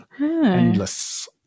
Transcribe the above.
Endless